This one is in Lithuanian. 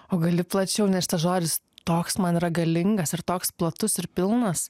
o gali plačiau nes šitas žodis toks man yra galingas ir toks platus ir pilnas